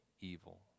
evil